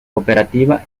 operativa